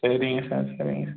சரிங்க சார் சரிங்க